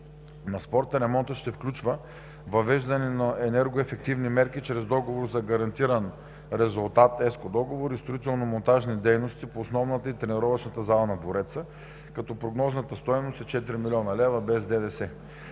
на спорта ремонтът ще включва въвеждане на енергоефективни мерки чрез договор за гарантиран резултат, ЕСКО-договор и строително-монтажни дейности по основната и тренировъчната зала на двореца, като прогнозната стойност е 4 млн. лв. без ДДС.